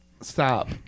stop